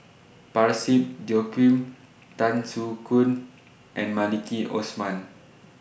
Parsick Joaquim Tan Soo Khoon and Maliki Osman